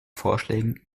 vorschlägen